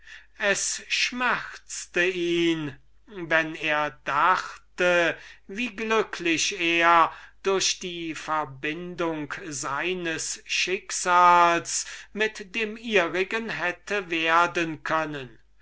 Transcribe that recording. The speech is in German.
es schmerzte ihn wenn er dachte wie glücklich er durch die verbindung seines schicksals mit dem ihrigen hätte werden können